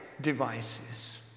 devices